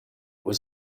was